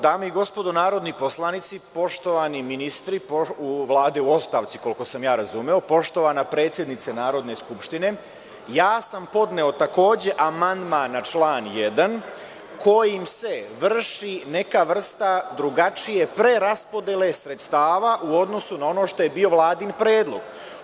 Dame i gospodo, narodni poslanici, poštovani ministri u Vladi, u ostavci, koliko sam razumeo, poštovana predsednice Narodne skupštine, ja sam podneo takođe amandman na član 1. kojim se vrši neka vrsta drugačije preraspodele sredstava u odnosu na ono što je bio Vladin predlog.